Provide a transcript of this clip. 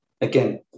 Again